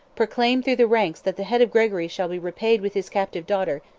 proclaim through the ranks that the head of gregory shall be repaid with his captive daughter,